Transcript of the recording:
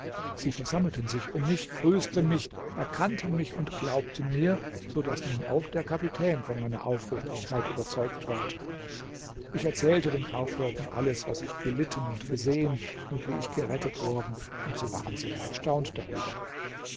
sie versammelten sich um mich grüßten mich erkannten mich und glaubten mir so daß nun auch der kapitän von meiner aufrichtigkeit überzeugt ward ich erzählte den kaufleuten alles was ich gelitten und gesehen und wie ich gerettet worden und sie waren sehr erstaunt darüber